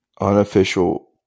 Unofficial